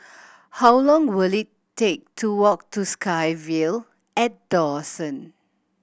how long will it take to walk to SkyVille at Dawson